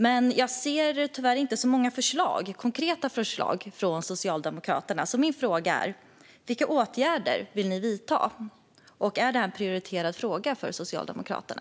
Men jag ser tyvärr inte många konkreta förslag från Socialdemokraterna. Mina frågor är: Vilka åtgärder vill ni vidta? Och är detta en prioriterad fråga för Socialdemokraterna?